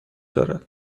دارد